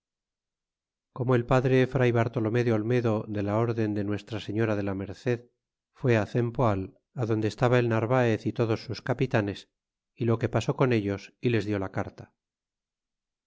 como el padre fray bartolome de olmedo de la orden de nuestra selva deja merced fue á cempoal adonde estaba el narvaez é todos sus capitanes y lo que pasó con ellos y les dió la carta